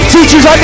Teachers